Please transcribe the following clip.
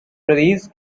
trees